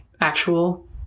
actual